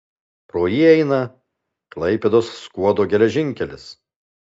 pro jį eina klaipėdos skuodo geležinkelis